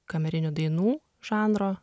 kamerinių dainų žanro